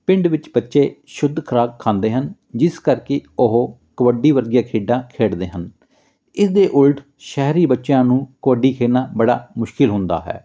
ਪਿੰਡ ਵਿੱਚ ਬੱਚੇ ਸ਼ੁੱਧ ਖੁਰਾਕ ਖਾਂਦੇ ਹਨ ਜਿਸ ਕਰਕੇ ਉਹ ਕਬੱਡੀ ਵਰਗੀਆਂ ਖੇਡਾਂ ਖੇਡਦੇ ਹਨ ਇਹਦੇ ਉਲਟ ਸ਼ਹਿਰੀ ਬੱਚਿਆਂ ਨੂੰ ਕਬੱਡੀ ਖੇਡਣਾ ਬੜਾ ਮੁਸ਼ਕਿਲ ਹੁੰਦਾ ਹੈ